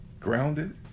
Grounded